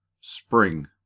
Spring